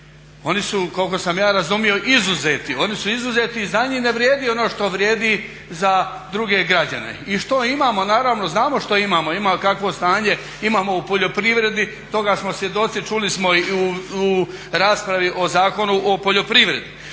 Oni su, koliko sam ja razumio, izuzeti, oni su izuzeti i za njih ne vrijedi ono što vrijedi za druge građane. I što imamo? Naravno znamo što imamo, kakvo stanje imamo u poljoprivredi, toga smo svjedoci, čuli smo i u raspravi o Zakonu o poljoprivredi.